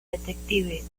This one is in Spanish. detective